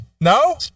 No